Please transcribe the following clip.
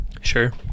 Sure